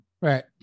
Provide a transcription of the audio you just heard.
Right